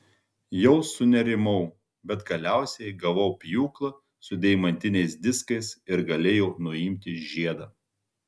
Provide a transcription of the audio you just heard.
jau sunerimau bet galiausiai gavau pjūklą su deimantiniais diskais ir galėjau nuimti žiedą